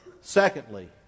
Secondly